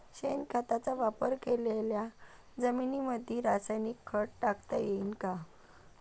शेणखताचा वापर केलेल्या जमीनीमंदी रासायनिक खत टाकता येईन का?